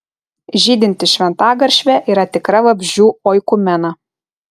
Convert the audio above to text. žydinti šventagaršvė yra tikra vabzdžių oikumena